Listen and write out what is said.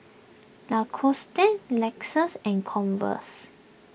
Lacoste Lexus and Converse